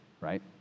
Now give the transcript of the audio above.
right